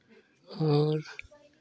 और